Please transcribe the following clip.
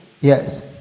Yes